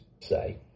say